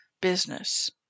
business